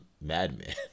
madman